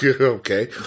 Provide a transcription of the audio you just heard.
Okay